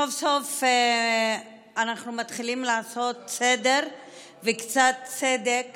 סוף-סוף אנחנו מתחילים לעשות סדר וקצת צדק